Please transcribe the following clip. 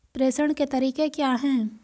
प्रेषण के तरीके क्या हैं?